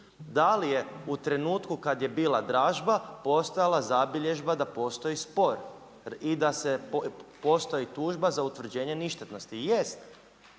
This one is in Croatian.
da li je u trenutku kad je bila dražba postojala zabilježba da postoji spor i da postoji tužba za utvrđenje ništetnosti? Jest.